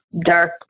dark